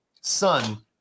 son